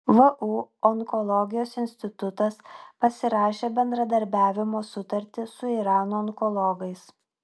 vu onkologijos institutas pasirašė bendradarbiavimo sutartį su irano onkologais